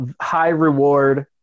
high-reward